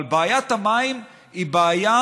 אבל בעיית המים היא בעיה